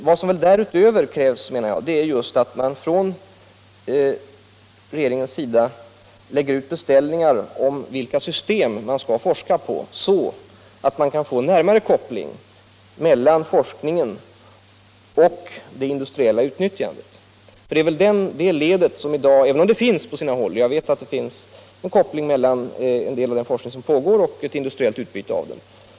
Vad som därutöver krävs är att regeringen lägger ut beställningar på forskning kring de system man anser vara angelägna för att man skall få en närmare koppling mellan forskningen och det industriella utnyttjandet. Vi saknar i dag i stort sett en koppling mellan en del av den forskning som pågår och ett industriellt utbyte av denna.